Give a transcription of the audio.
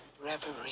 reverie